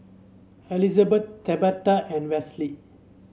Elizabet Tabatha and Wesley